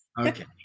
Okay